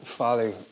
Father